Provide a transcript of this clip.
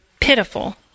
pitiful